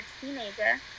teenager